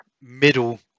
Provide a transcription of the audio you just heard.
middle